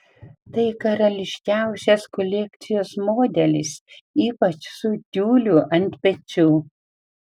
tai karališkiausias kolekcijos modelis ypač su tiuliu ant pečių